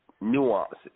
nuances